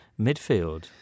midfield